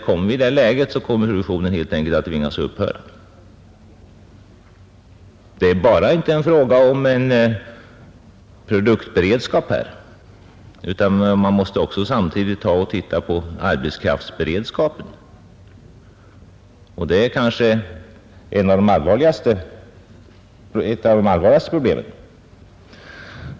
Kommer vi i det läget, så kan produktionen helt enkelt tvingas upphöra. Detta är inte bara en fråga om produktberedskap utan även en fråga om arbetskraftsberedskap, och den är kanske ett av de allvarligaste problemen.